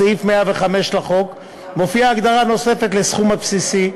בסעיף 105 לחוק מופיעה הגדרה נוספת לסכום הבסיסי,